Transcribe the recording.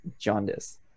jaundice